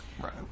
right